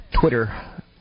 Twitter